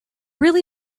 really